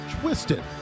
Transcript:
twisted